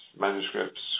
manuscripts